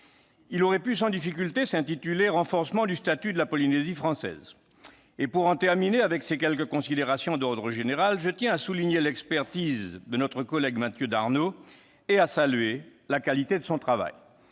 aurait pu sans difficulté faire référence au « renforcement du statut de la Polynésie française ». Pour en terminer avec ces quelques considérations d'ordre général, je tiens à souligner l'expertise de notre collègue Mathieu Darnaud et à saluer la qualité de son travail.